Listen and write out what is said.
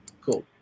Cool